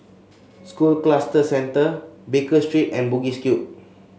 School Cluster Centre Baker Street and Bugis Cube